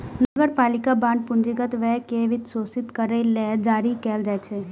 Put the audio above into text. नगरपालिका बांड पूंजीगत व्यय कें वित्तपोषित करै लेल जारी कैल जाइ छै